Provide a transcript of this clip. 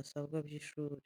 asabwa by'ishuri.